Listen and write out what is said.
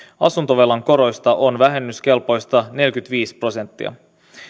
asuntovelan koroista on vähennyskelpoista neljäkymmentäviisi prosenttia